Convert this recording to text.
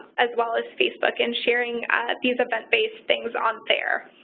as well as facebook, and sharing these event-based things on there.